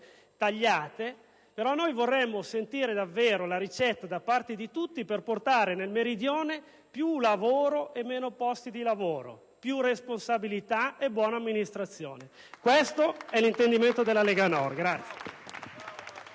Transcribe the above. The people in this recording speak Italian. risorse, è questo: vorremmo davvero sentire la ricetta da parte di tutti per portare nel Meridione più lavoro e meno posti di lavoro, più responsabilità e buona amministrazione. Questo è l'intendimento della Lega Nord*.